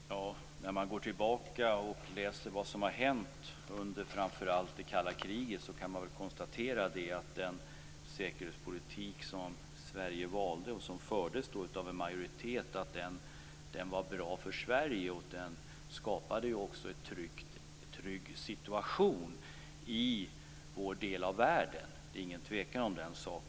Fru talman! När man går tillbaka och läser vad som har hänt framför allt under det kalla kriget kan man väl konstatera att den säkerhetspolitik som Sverige valde och som fördes av en majoritet otivelaktigt var bra för Sverige och skapade en trygg situation i vår del av världen.